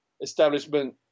establishment